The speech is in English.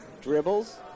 Dribbles